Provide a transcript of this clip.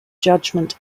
judgment